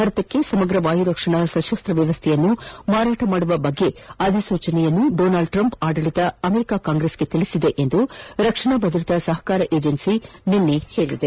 ಭಾರತಕ್ಕೆ ಸಮಗ್ರ ವಾಯು ರಕ್ಷಣಾ ಸಶಸ್ತ ವ್ವವಸ್ಥೆಯನ್ನು ಮಾರಾಟ ಮಾಡುವ ಕುರಿತ ಅಧಿಸೂಚನೆಯನ್ನು ಡೋನಾಲ್ಡ್ ಟ್ರಂಪ್ ಆಡಳಿತ ಅಮೆರಿಕ ಕಾಂಗ್ರೆಸ್ಗೆ ತಿಳಿಸಿದೆ ಎಂದು ರಕ್ಷಣಾ ಭದ್ರತಾ ಸಹಕಾರ ಏಜೆನ್ನಿ ನಿನ್ನೆ ಹೇಳಿದೆ